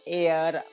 air